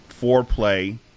foreplay